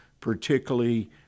particularly